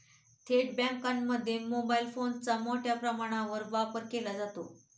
थेट बँकांमध्ये मोबाईल फोनचा मोठ्या प्रमाणावर वापर केला जातो